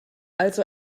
also